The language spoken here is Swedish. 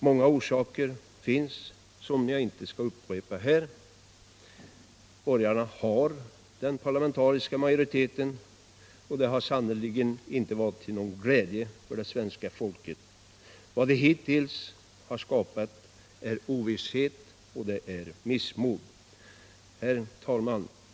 Många orsaker finns, som jag inte behöver upprepa här. Borgarna har den parlamentariska majoriteten och det har sannerligen inte varit till någon glädje för svenska folket. Vad de hittills har skapat är ovisshet och missmod. Herr talman!